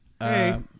hey